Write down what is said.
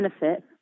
Benefit